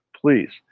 Please